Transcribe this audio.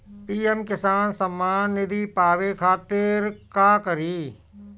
PM Kisan Samman Nidhi पावे खातिर का करी?